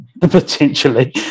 potentially